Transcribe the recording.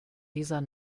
dieser